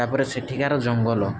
ତାପରେ ସେଠିକାର ଜଙ୍ଗଲ